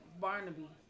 Barnaby